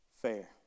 fair